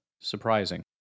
surprising